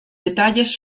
detalles